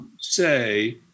say